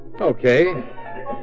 Okay